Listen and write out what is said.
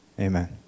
Amen